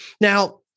Now